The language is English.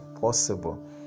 possible